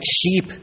sheep